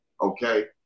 Okay